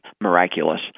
miraculous